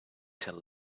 till